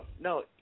No